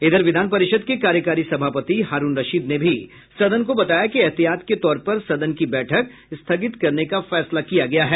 इधर विधान परिषद् के कार्यकारी सभापति हारूण रशीद ने भी सदन को बताया कि एहतियात के तौर पर सदन की बैठक स्थगित करने का फैसला किया गया है